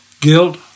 guilt